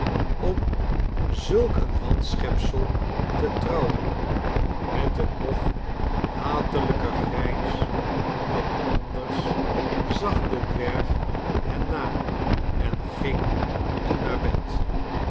om zulk een wanschepsel te trouwen met een nog hatelijker grijns dan anders zag de dwerg hen na en ging toen naar bed